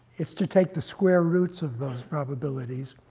it's to take the square roots of those probabilities,